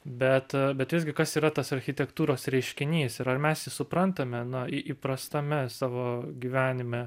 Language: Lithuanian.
bet bet visgi kas yra tas architektūros reiškinys ir ar mes jį suprantame na į įprastame savo gyvenime